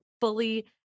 fully